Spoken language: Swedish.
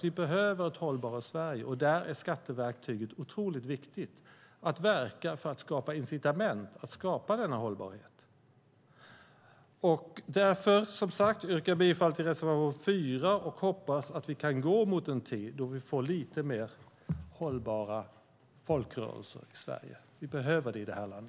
Vi behöver ett hållbarare Sverige, och där är skatteverktyget otroligt viktigt - att verka för att skapa incitament för att skapa denna hållbarhet. Därför yrkar jag, som sagt, bifall till reservation 4 och hoppas att vi kan gå mot en tid då vi får lite mer hållbara folkrörelser i Sverige. Vi behöver det i detta land.